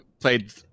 played